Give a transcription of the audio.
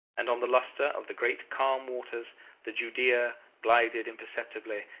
and on the luster of the great calm waters the judea glided imperceptibly,